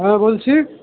হ্যাঁ বলছি